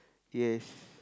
yes